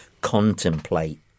contemplate